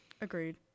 Agreed